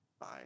Bye